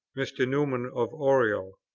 mr. newman of oriel.